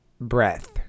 Breath